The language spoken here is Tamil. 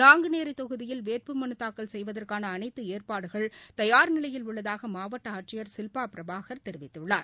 நாங்குநேரி தொகுதியில் வேட்புமனு தாக்கல் செய்வதற்கான அனைத்து ஏற்பாடுகள் தயாா் நிலையில் உள்ளதாக மாவட்ட ஆட்சியர் ஷில்பா பிரபாகர் தெரிவித்துள்ளார்